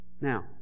Now